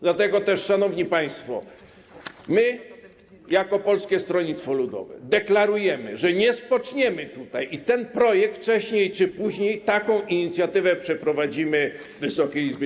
Dlatego też, szanowni państwo, my jako Polskie Stronnictwo Ludowe deklarujemy, że nie spoczniemy i że ten projekt wcześniej czy później - taką inicjatywę - przeprowadzimy w Wysokiej Izbie.